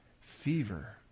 fever